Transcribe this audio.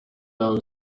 yawe